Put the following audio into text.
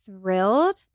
thrilled